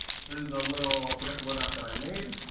this is a little, progressive web app that i made.